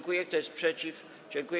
Kto jest przeciw?